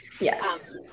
Yes